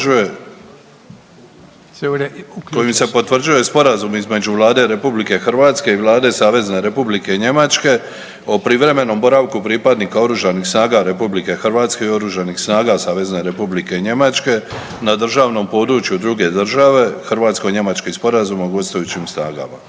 zakona o potvrđivanju sporazuma između Vlade Republike Hrvatske i Vlade Savezne Republike Njemačke, o privremenom boravku pripadnika oružanih snaga Republike Hrvatske i oružanih snaga Savezne Republike Njemačke na državnom području druge države, odnosno hrvatsko-njemački sporazum o gostujućim snagama.